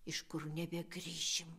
iš kur nebegrįšim